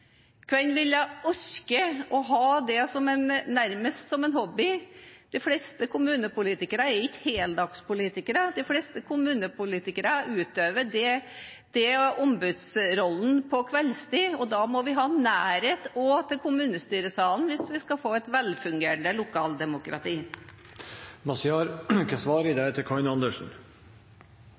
Hvem vil orke å ha det nærmest som en hobby? De fleste kommunepolitikere er ikke heltidspolitikere; de fleste kommunepolitikere utøver ombudsrollen på kveldstid, så hvis vi skal få et velfungerende lokaldemokrati, må vi også ha nærhet til kommunestyresalen.